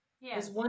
Yes